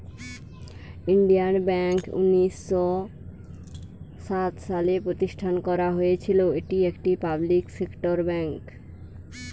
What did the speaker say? Indian bank উনিশ শ সাত সালে প্রতিষ্ঠান করা হয়েছিল, এটি একটি পাবলিক সেক্টর বেঙ্ক